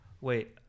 Wait